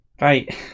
right